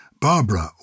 Barbara